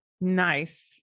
Nice